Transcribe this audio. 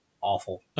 awful